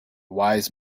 wise